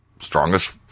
strongest